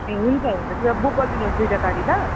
ए हुन्छ हुन्छ त्यो अब बुक गरिदिनु होस् दुइवटा गाडी ल